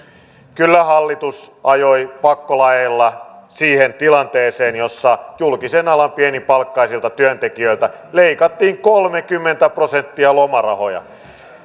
kyllä hallitus ajoi pakkolaeilla siihen tilanteeseen jossa julkisen alan pienipalkkaisilta työntekijöiltä leikattiin kolmekymmentä prosenttia lomarahoja